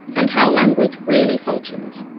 and how language really functions.